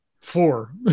Four